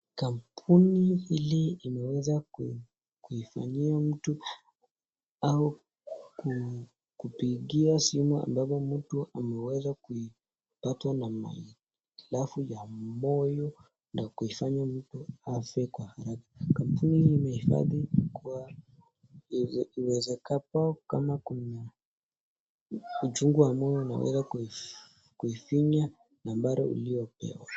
Kampuni hili imeweza kuifanyia mtu au kupigia simu ambapo mtu ameweza kupatwa na mahitilafu ya moyo na kuifanya mtu afe kwa haraka. Kampuni imehifadhi kuwa iwezekapo kama kuna uchungu wa moyo unaweza kuifinya nambari uliopewa.